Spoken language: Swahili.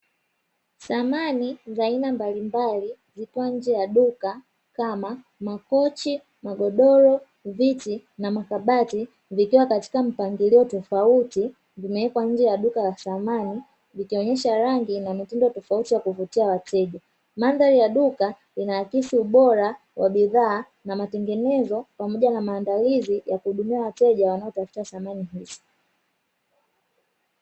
Samani za aina mbalimbali zikiwa nje ya duka kama: makochi, magodoro, viti na makabati; vikiwa katika mpangilio tofauti, vimewekwa nje ya duka la samani, likionyesha rangi na mitindo tofauti wa kuvutia wateja. Mandhari ya duka inaakisi ubora wa bidhaa na matengenezo pamoja na maandalizi ya kuhudumia wateja wanaotafuta samani hizo.